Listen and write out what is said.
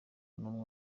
n’umwe